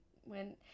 when-